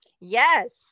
Yes